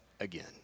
again